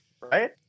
right